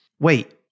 Wait